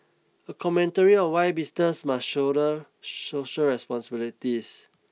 a commentary on why businesses must shoulder social responsibilities